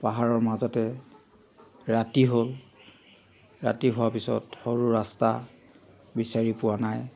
পাহাৰৰ মাজতে ৰাতি হ'ল ৰাতি হোৱাৰ পিছত সৰু ৰাস্তা বিচাৰি পোৱা নাই